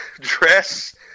dress